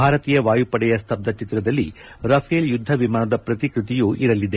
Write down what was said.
ಭಾರತೀಯ ವಾಯುಪಡೆಯ ಸ್ತಬ್ದಚಿತ್ರದಲ್ಲಿ ರಫೇಲ್ ಯುದ್ದ ವಿಮಾನದ ಪ್ರತಿಕೃತಿಯೂ ಇರಲಿದೆ